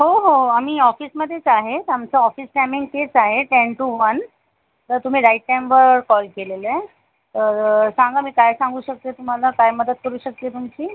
हो हो आम्ही ऑफिसमध्येच आहे आमचं ऑफिस टाईमिंग तेच आहे टेन टू वन तर तुम्ही राईट टाईमवर कॉल केलेले आहे तर सांगा मी काय सांगू शकते तुम्हाला काय मदत करू शकते तुमची